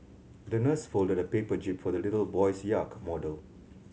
the nurse folded a paper jib for the little boy's model